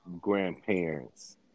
grandparents